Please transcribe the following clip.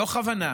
מתוך הבנה